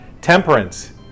Temperance